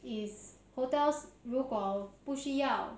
his hotels 如果不需要